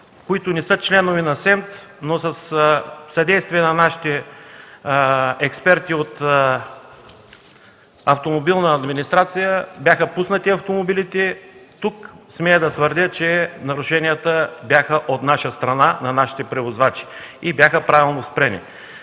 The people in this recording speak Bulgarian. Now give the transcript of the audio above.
които не са членове на СЕМТ, но със съдействие на нашите експерти от „Автомобилна администрация” автомобилите бяха пуснати. Тук смея да твърдя, че нарушенията бяха от наша страна – на нашите превозвачи, и правилно бяха спрени.